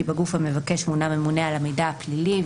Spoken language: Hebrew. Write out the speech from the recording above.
בגוף המבקש מונה ממונה על המידע הפלילי."